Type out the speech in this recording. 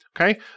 okay